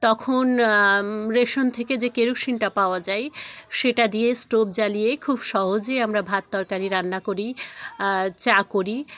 তখন রেশন থেকে যে কেরোসিনটা পাওয়া যায় সেটা দিয়ে স্টোভ জ্বালিয়ে খুব সহজে আমরা ভাত তরকারি রান্না করি চা করি